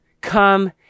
come